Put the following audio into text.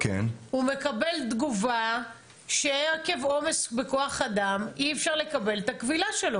הוא מקבל תגובה שעקב עומס בכוח אדם אי אפשר לקבל את הקבילה שלו.